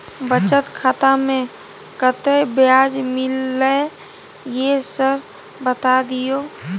बचत खाता में कत्ते ब्याज मिलले ये सर बता दियो?